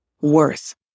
worth